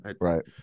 Right